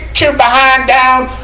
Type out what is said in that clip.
your behind down!